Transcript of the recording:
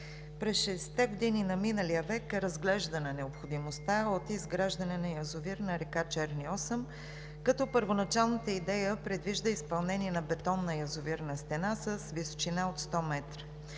През 60-те години на миналия век е разглеждана необходимостта от изграждане на язовир на река Черни Осъм, като първоначалната идея предвижда изпълнение на бетонна язовирна стена с височина от 100 м.